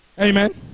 Amen